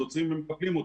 עוצרים ומטפלים.